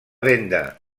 venda